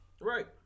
Right